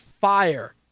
fire